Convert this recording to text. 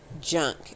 junk